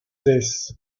this